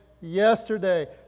yesterday